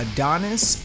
Adonis